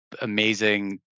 amazing